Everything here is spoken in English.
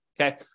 Okay